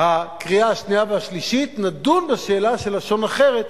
הקריאה השנייה והשלישית נדון בשאלה של לשון אחרת,